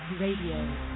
Radio